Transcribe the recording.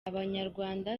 abanyarwanda